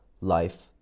life